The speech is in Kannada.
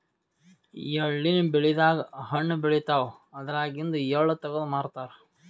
ಎಳ್ಳಿನ್ ಬೆಳಿದಾಗ್ ಹಣ್ಣ್ ಬೆಳಿತಾವ್ ಅದ್ರಾಗಿಂದು ಎಳ್ಳ ತಗದು ಮಾರ್ತಾರ್